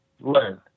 learn